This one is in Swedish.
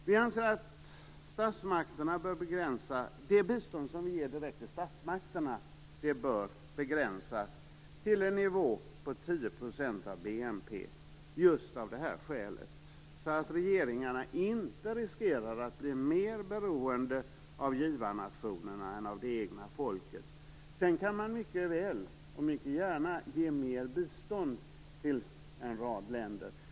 Vi anser att det bistånd som ges direkt till statsmakterna bör begränsas till en nivå på 10 % av BNP, så att regeringarna inte blir mer beroende av givarnationerna än av det egna folket. Sedan kan man mycket väl och mycket gärna ge mer bistånd till en rad länder.